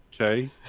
okay